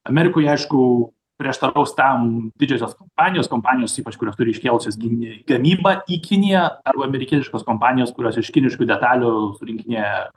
amerikoj aišku prieštaraus tam didžiosios kompanijos kompanijos ypač kurios turi iškėlusios gyny gamybą į kiniją arba amerikietiškos kompanijos kurios iš kiniškų detalių surinkinėja